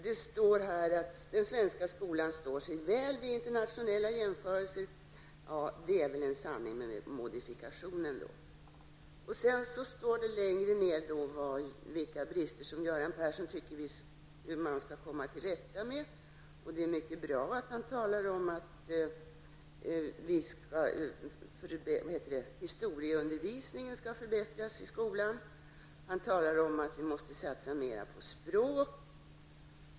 Där står att den svenska skolan står sig väl vid internationella jämförelser, men det är väl ändå en sanning med modifikation. Vidare skriver Göran Persson vilka de brister är som man enligt honom bör komma till rätta med. Det är mycket bra att han talar om att historieundervisningen i skolan skall förbättras. Han talar om att vi måste satsa mera på språk.